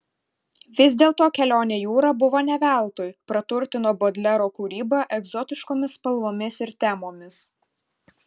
vis dėlto kelionė jūra buvo ne veltui praturtino bodlero kūrybą egzotiškomis spalvomis ir temomis